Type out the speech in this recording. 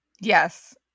yes